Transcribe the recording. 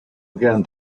again